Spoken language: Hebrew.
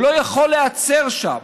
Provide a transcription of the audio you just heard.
הוא לא יכול להיעצר שם.